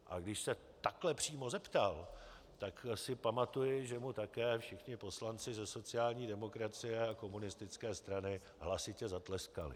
A když se takhle přímo zeptal, tak si pamatuji, že mu také všichni poslanci ze sociální demokracie a komunistické strany hlasitě zatleskali.